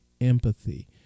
empathy